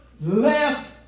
left